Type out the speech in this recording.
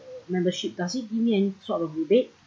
membership does it give me any sort of rebate